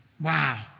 Wow